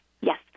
Yes